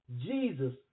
Jesus